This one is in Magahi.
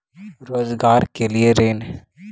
रोजगार के लिए ऋण?